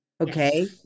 Okay